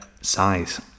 size